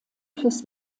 fürs